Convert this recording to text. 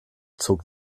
zog